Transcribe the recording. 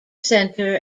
center